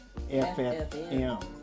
FFM